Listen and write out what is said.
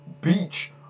beach